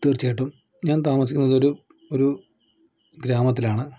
തീർച്ചയായിട്ടും ഞാൻ താമസിക്കുന്നത് ഒരു ഒരു ഗ്രാമത്തിലാണ്